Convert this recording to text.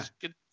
Good